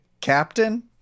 captain